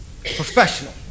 Professional